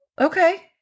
Okay